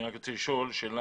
אני רק רוצה לשאול שאלה.